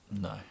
No